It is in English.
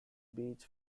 beech